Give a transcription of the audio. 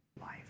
life